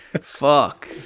Fuck